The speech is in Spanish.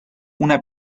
una